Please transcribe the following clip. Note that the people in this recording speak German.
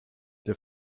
der